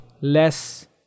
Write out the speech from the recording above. less